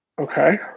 Okay